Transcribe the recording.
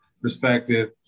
perspective